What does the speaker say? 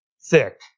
thick